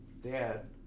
dad